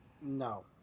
No